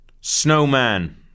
Snowman